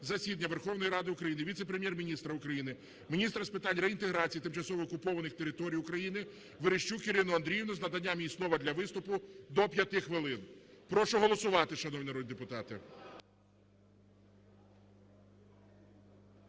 засідання Верховної Ради України віце-прем'єр-міністра України - міністра з питань реінтеграції тимчасово окупованих територій України Верещук Ірину Андріївну з наданням їй слова для виступу – до 5 хвилин. Прошу голосувати, шановні народні депутати.